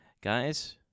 Guys